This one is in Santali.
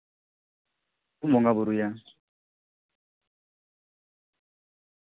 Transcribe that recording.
ᱵᱚᱱ ᱵᱚᱸᱜᱟ ᱵᱳᱨᱳᱭᱟ